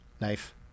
knife